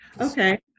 Okay